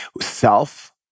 self